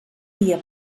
dia